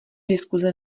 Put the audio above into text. diskuze